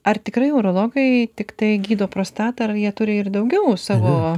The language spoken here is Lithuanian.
ar tikrai urologai tiktai gydo prostatą ar jie turi ir daugiau savo